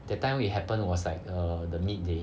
that time we happened was like err the midday